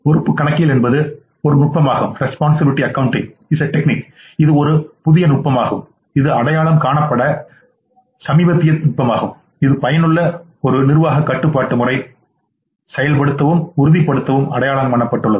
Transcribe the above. பொறுப்பு கணக்கியல் என்பது ஒரு நுட்பமாகும்இதுஒரு புதிய நுட்பமாகும் இது அடையாளம் காணப்பட்ட சமீபத்திய நுட்பமாகும் இது ஒரு பயனுள்ள நிர்வாக கட்டுப்பாட்டு முறையை செயல்படுத்தவும் உறுதிப்படுத்தவும் அடையாளம் காணப்பட்டுள்ளது